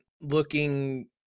looking